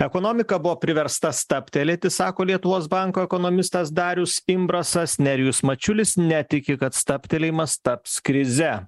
ekonomika buvo priversta stabtelėti sako lietuvos banko ekonomistas darius imbrasas nerijus mačiulis netiki kad stabtelėjimas taps krize